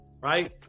right